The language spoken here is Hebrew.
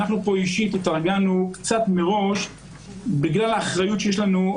אנחנו פה אישית התארגנו קצת מראש בגלל האחריות שיש לנו,